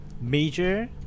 major